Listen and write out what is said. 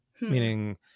meaning